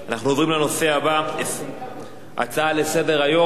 אנחנו עוברים לנושא הבא: הצעות לסדר-היום,